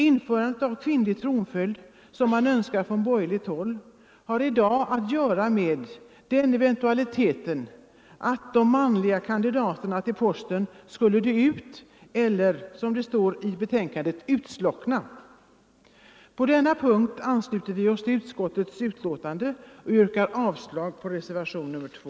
Införandet av kvinnlig tronföljd, som man önskar från borgerligt håll, har i dag att göra med den eventualiteten att de manliga kandidaterna till posten skulle dö ut eller, som det står i betänkandet, utslockna. På denna punkt ansluter vi oss till utskottets hemställan, som innebär avslag på yrkandet i reservationen 2.